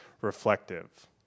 reflective